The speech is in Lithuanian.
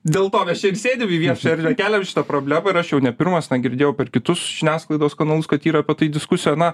dėl to mes čia ir sėdim į viešą erdvę keliam šitą problemą ir aš jau ne pirmas na girdėjau per kitus žiniasklaidos kanalus kad yra apie tai diskusija na